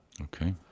Okay